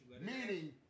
Meaning